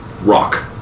rock